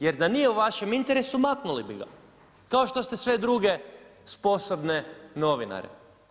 Jer da nije u vašem interesu maknuli bi ga, kao što ste sve druge sposobne novinare.